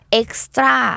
extra